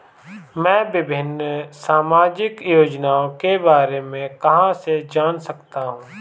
मैं विभिन्न सामाजिक योजनाओं के बारे में कहां से जान सकता हूं?